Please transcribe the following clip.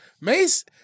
Mace